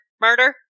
murder